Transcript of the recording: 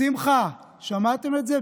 שמחה, שמעתם את זה?